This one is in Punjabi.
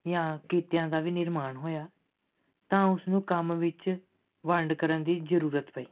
ਜਾਂ ਕਿੱਤਿਆਂ ਦਾ ਵੀ ਨਿਰਮਾਣ ਹੋਇਆ ਤਾਂ ਉਸਨੂੰ ਕੰਮ ਵਿੱਚ ਵੰਡ ਕਰਨ ਦੀ ਜ਼ਰੂਰਤ ਪਈ